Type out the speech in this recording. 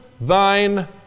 thine